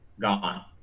gone